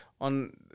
on